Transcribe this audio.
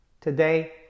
Today